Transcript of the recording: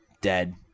Dead